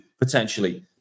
potentially